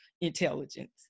intelligence